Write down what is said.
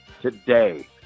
today